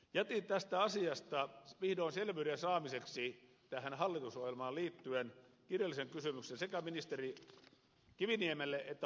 jätin tästä asiasta vihdoin selvyyden saamiseksi tähän hallitusohjelmaan liittyen kirjallisen kysymyksen sekä ministeri kiviniemelle että ministeri holmlundille